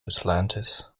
atlantis